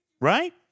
Right